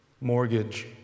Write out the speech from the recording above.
mortgage